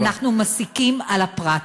אנחנו מסיקים על הפרט.